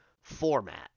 format